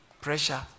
pressure